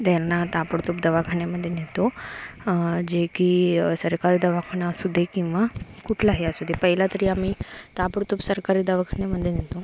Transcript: त्यांना ताबडतोब दवाखान्यामध्ये नेतो जे की सरकारी दवाखाना असू दे किंवा कुठलाही असू दे पहिला तरी आम्ही ताबडतोब सरकारी दवाखान्यामध्ये नेतो